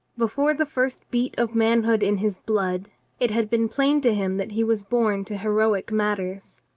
before the first beat of manhood in his blood it had been plain to him that he was born to heroic matters.